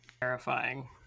Terrifying